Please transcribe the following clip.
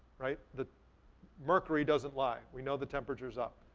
right? the mercury doesn't lie. we know the temperature's up.